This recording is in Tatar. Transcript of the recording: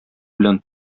белән